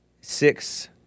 six